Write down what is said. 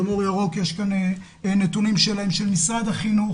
גם של אור ירוק יש כאן נתונים שלהם של משרד החינוך,